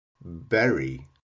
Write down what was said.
Berry